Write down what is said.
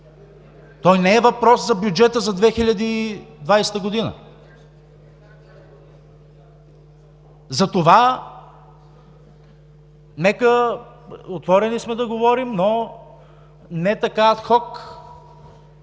той не е въпрос за бюджета за 2020 г. Затова отворени сме да говорим, но не така адхок